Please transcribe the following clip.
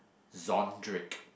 Zondrick